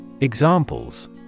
Examples